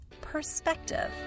perspective